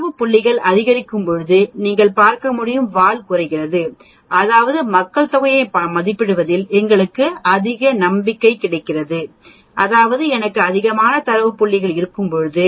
தரவு புள்ளிகள் அதிகரிக்கும் போது நீங்கள் பார்க்க முடியும் வால் குறைகிறது அதாவது மக்கள்தொகையை மதிப்பிடுவதில் எங்களுக்கு அதிக நம்பிக்கை கிடைக்கிறது அதாவது எனக்கு அதிகமான தரவு புள்ளிகள் இருக்கும்போது